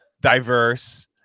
diverse